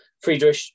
Friedrich